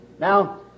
Now